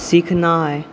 सिखनाइ